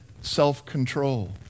self-control